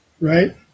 right